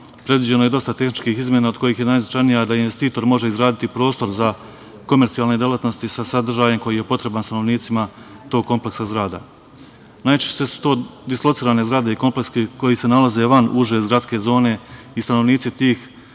predviđeno je dosta tehničkih izmena, od kojih je najznačajnija da investitor može izgraditi prostor za komercijalne delatnosti sa sadržajem koji je potreban stanovnicima tog kompleksa zgrada. Najčešće su to dislocirane zgrade i kompleksi koji se nalaze van uže gradske zone i stanovnici tih